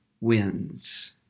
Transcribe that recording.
wins